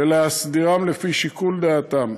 ולהסדירם לפי שיקול דעתם.